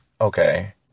okay